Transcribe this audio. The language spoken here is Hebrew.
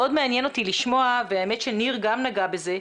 מאוד מעניין אותי לשמוע והאמת שניר גם נגע בזה,